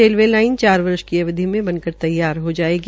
railway line चार वर्ष की अवधि में बन कर तैयार हो जायेगी